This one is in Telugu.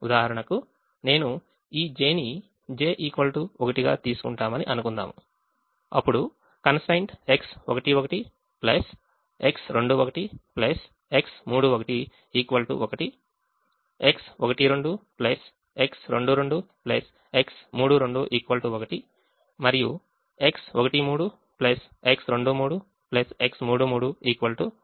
ఉదాహరణకు నేను ఈ j ని j 1 తీసుకుంటామని అనుకుందాం అప్పుడు constraint X11 X21 X31 1 X12 X22 X32 1 మరియు X13 X23 X33 1